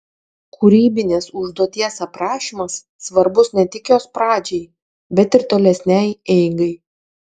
kūrybinės užduoties aprašymas svarbus ne tik jos pradžiai bet ir tolesnei eigai